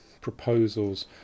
proposals